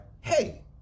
hey